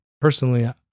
personally